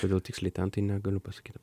todėl tiksliai ten tai negaliu pasakyt